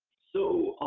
so,